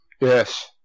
Yes